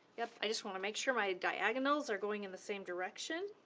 yep. i just want to make sure my diagonals are going in the same direction.